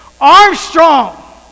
armstrong